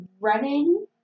running